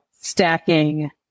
stacking